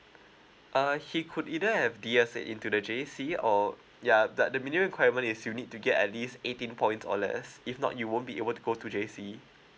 uh he could either have D_S_A into the J_C or ya that the minimum requirement is you need to get at least eighteen point or less if not you won't be able to go to J_C